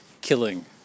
killing